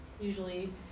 usually